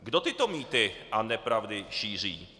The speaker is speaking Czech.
Kdo tyto mýty a nepravdy šíří?